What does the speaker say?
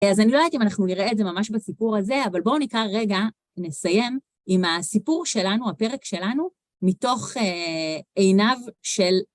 אה אז אני לא יודעת אם אנחנו נראה את זה ממש בסיפור הזה, אבל בואו נקרא רגע, נסיים עם הסיפור שלנו, הפרק שלנו מתוך עיניו של...